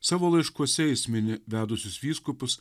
savo laiškuose jis mini vedusius vyskupus